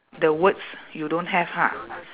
the words you don't have ha